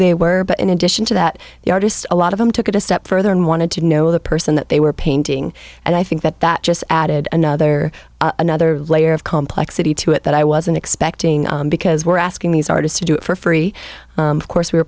they were but in addition to that the artists a lot of them took it a step further and wanted to know the person that they were painting and i think that that just added another another layer of complexity to it that i wasn't expecting because we're asking these artists to do it for free of course we